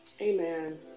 Amen